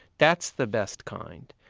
that's the best kind.